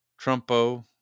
Trumpo